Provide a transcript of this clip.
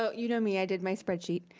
ah you know me. i did my spreadsheet,